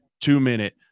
two-minute